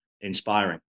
inspiring